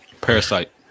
Parasite